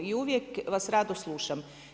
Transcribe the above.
I uvijek vas rado slušam.